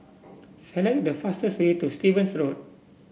select the fastest way to Stevens Road